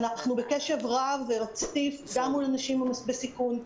אנחנו בקשב רב ורציף גם מול אנשים בסיכון,